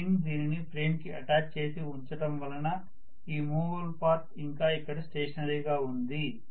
ఒక స్ప్రింగ్ దీనిని ఫ్రేమ్ కి అటాచ్ చేసి ఉంచటం వలన ఈ మూవబుల్ పార్ట్ ఇంకా ఇక్కడ స్టేషనరీగా ఉంది